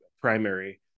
primary